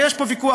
ויש פה ויכוח,